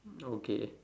okay